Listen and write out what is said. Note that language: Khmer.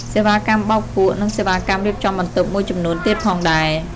សេវាកម្មបោកគក់ និងសេវាកម្មរៀបចំបន្ទប់មួយចំនួនទៀតផងដែរ។